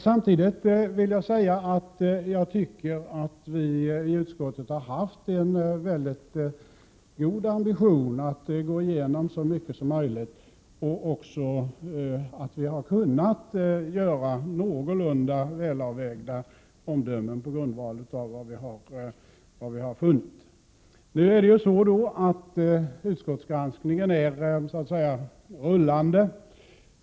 Samtidigt tycker jag att vi i utskottet har haft en god ambition att gå igenom så mycket som möjligt och att vi har kunnat göra någorlunda välavvägda omdömen på grundval av vad vi har funnit. Utskottsgranskningen är ju så att säga rullande.